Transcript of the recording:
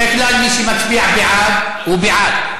בדרך כלל מי שמצביע בעד, הוא בעד,